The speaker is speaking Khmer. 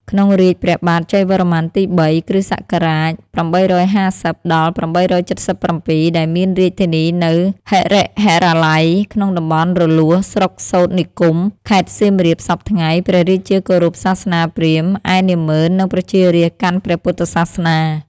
ក្នុងរាជ្យព្រះបាទជ័យវរ្ម័នទី ៣ (គ.ស. ៨៥០-៨៧៧) ដែលមានរាជធានីនៅ ហរិហរាល័យ ក្នុងតំបន់រលួស ស្រុកសូត្រនិគម ខេត្តសៀមរាបសព្វថ្ងៃ ព្រះរាជាគោរព សាសនាព្រាហ្មណ៍ ឯនាម៉ឺន និងប្រជារាស្ត្រកាន់ព្រះពុទ្ធសាសនា ។